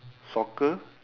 soccer